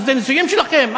אנחנו שדה ניסויים שלכם?